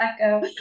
Echo